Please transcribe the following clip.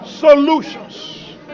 solutions